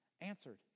answered